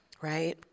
right